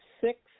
six